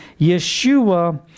Yeshua